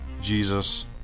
Jesus